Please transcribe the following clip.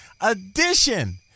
edition